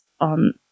on